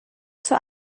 zur